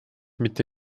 mitte